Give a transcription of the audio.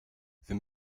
wir